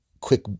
quick